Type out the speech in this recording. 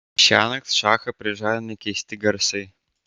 šiąnakt šachą prižadino keisti garsai